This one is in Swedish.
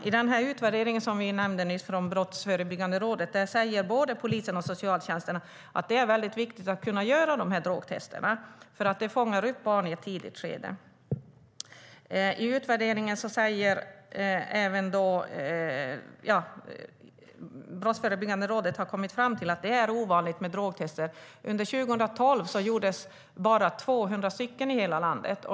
I den utvärdering som vi nyss nämnde från Brottsförebyggande rådet säger både polisen och socialtjänsten att det är viktigt att kunna göra drogtester, för det fångar upp barn i ett tidigt skede. Brottsförebyggande rådet har kommit fram till att det är ovanligt med drogtester. Under 2012 gjordes bara 200 stycken i hela landet.